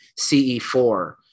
CE4